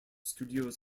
studios